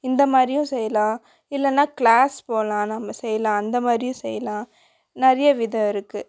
இந்த மாதிரியும் செய்யலாம் இல்லைன்னா கிளாஸ் போகலாம் நம்ம செய்யலாம் அந்த மாதிரியும் செய்யலாம் நநிறையா விதம் இருக்குது